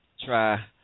try